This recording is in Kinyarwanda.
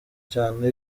cyane